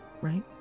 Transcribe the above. right